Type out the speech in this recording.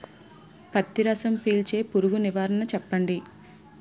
పత్తి రసం పీల్చే పురుగు నివారణ చెప్పండి?